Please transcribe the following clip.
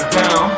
down